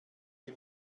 die